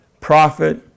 prophet